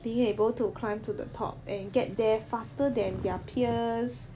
being able to climb to the top and get there faster than their peers